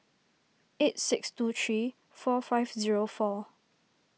eight six two three four five zero four